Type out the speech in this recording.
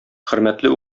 хөрмәтле